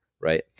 Right